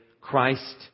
Christ